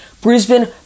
Brisbane